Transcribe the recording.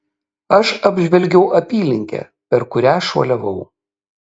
aš apžvelgiau apylinkę per kurią šuoliavau